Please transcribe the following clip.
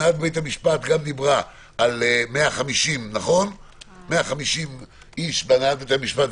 הנהלת בתי המשפט גם דיברה על 150 איש בהנהלת בתי המשפט.